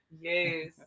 Yes